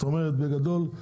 בגדול,